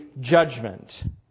judgment